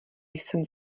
jsem